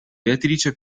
beatrice